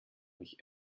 mich